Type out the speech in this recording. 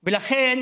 לכן,